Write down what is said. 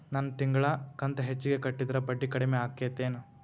ನನ್ ತಿಂಗಳ ಕಂತ ಹೆಚ್ಚಿಗೆ ಕಟ್ಟಿದ್ರ ಬಡ್ಡಿ ಕಡಿಮಿ ಆಕ್ಕೆತೇನು?